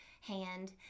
hand